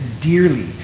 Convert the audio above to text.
dearly